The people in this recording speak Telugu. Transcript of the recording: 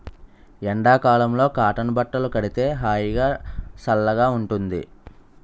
ఎండ కాలంలో కాటన్ బట్టలు కడితే హాయిగా, సల్లగా ఉంటుంది